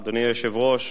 אדוני היושב-ראש,